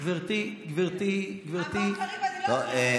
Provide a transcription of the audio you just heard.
גברתי, גברתי, קריב, חבל.